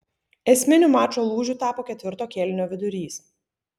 esminiu mačo lūžiu tapo ketvirto kėlinio vidurys